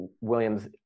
William's